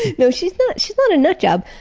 no she's not, she's not a nut job.